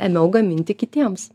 ėmiau gaminti kitiems